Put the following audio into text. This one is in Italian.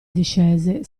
discese